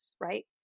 right